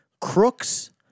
crooks